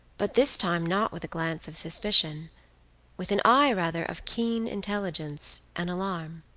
but this time not with a glance of suspicion with an eye, rather, of keen intelligence and alarm.